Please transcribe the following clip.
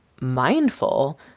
mindful